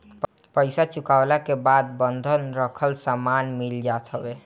पईसा चुकवला के बाद बंधक रखल सामान मिल जात हवे